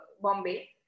Bombay